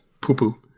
Poo-poo